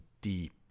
deep